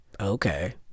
okay